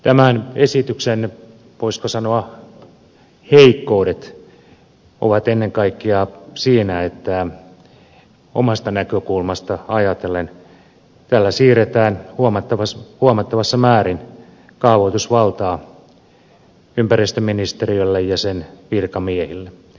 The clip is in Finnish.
tämän esityksen voisiko sanoa heikkoudet ovat ennen kaikkea siinä että omasta näkökulmastani ajatellen tällä siirretään huomattavassa määrin kaavoitusvaltaa ympäristöministeriölle ja sen virkamiehille